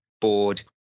bored